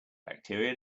bacteria